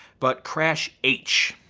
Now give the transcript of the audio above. but crash h.